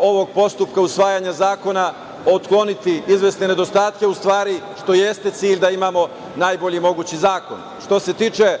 ovog postupka usvajanja zakona otkloniti izvesne nedostatke, što i jeste cilj, da imamo najbolji mogući zakon. Što se tiče